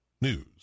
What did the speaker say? News